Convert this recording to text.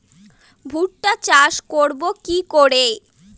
ভুট্টা চাষ করব কি করে?